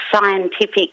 scientific